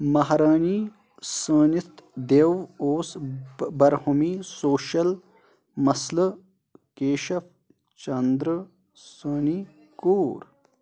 مہرٲنی سٲنِتھ دیو اوس برحومی سوشل مسلہٕ کیشف چنٛدرٕ سٲنی کوٗر